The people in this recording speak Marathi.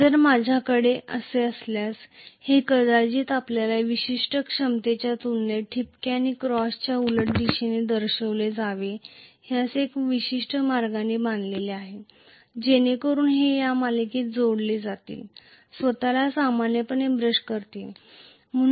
तर माझ्याकडे असल्यास कदाचित हे एखाद्या विशिष्ट मार्गाने बंधनकारक आहे तर ते आपल्या आर्मेचर करंटच्या विरूद्ध उलट अर्थाने डॉट अँड क्रॉस केले पाहिजे जेणेकरून ते सामान्यपणे ब्रशसह मालिकेत जोडले जातील